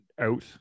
out